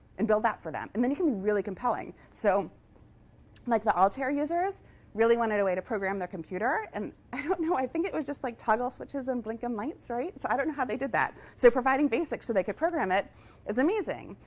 and build that for them. and then you can be really compelling. so like the altair users really wanted a way to program their computer. and i don't know i think it was just like toggle switches and blinking lights, right? so i don't know how they did that. so providing basic so they could program it is amazing.